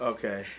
Okay